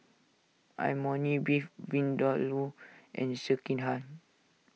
Imoni Beef Vindaloo and Sekihan